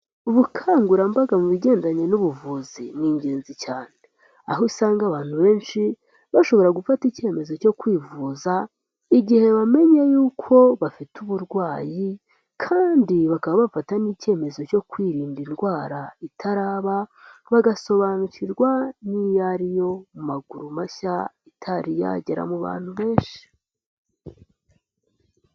Ubukangurambaga mu bigendanye n'ubuvuzi ni ingenzi cyane. Aho usanga abantu benshi bashobora gufata ikemezo cyo kwivuza igihe bamenye yuko bafite uburwayi kandi bakaba bafata n'ikemezo cyo kwirinda indwara itaraba, bagasobanukirwa n'iyo ari yo mu maguru mashya itari yagera mu bantu benshi.